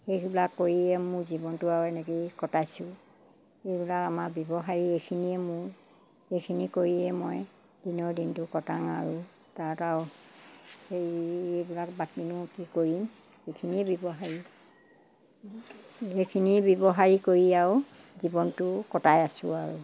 সেইবিলাক কৰিয়ে মোৰ জীৱনটো আৰু এনেকেই কটাইছোঁ এইবিলাক আমাৰ ব্যৱসায়ী এইখিনিয়ে মোৰ সেইখিনি কৰিয়ে মই দিনৰ দিনটো কটাও আৰু তাত আৰু সেই এইবিলাক বাকীনো কি কৰিম এইখিনিয়ে ব্যৱসায় এইখিনিয়ে ব্যৱসায় কৰি আৰু জীৱনটো কটাই আছোঁ আৰু